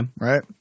right